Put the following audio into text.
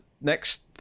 next